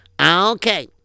Okay